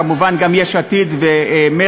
כמובן גם יש עתיד ומרצ,